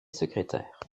secrétaire